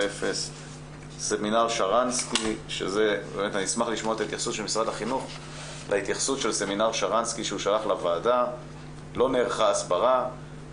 אני עוברת על הדוחות ורואה שברוב המוסדות נעשית פעולת הסברה משמעותית